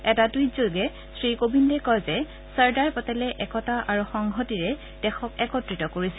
এটা টুইতৰ জৰিয়তে শ্ৰীকোবিন্দে কয় যে চৰ্দাৰ পেটেলে একতা আৰু সংহতিৰে দেশক একত্ৰিত কৰিছিল